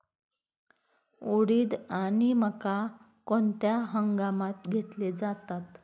उडीद आणि मका कोणत्या हंगामात घेतले जातात?